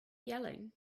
yelling